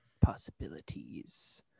possibilities